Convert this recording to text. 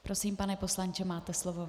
Prosím, pane poslanče, máte slovo.